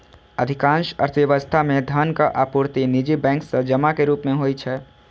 अधिकांश अर्थव्यवस्था मे धनक आपूर्ति निजी बैंक सं जमा के रूप मे होइ छै